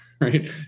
right